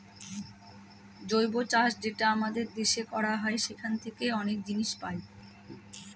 জৈব চাষ যেটা আমাদের দেশে করা হয় সেখান থাকে অনেক জিনিস পাই